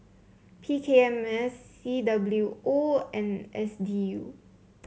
P K M S C W O and S D U